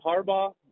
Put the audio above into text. Harbaugh